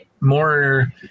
more